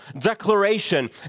declaration